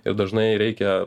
ir dažnai reikia